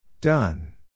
Done